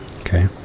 Okay